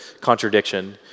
contradiction